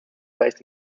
based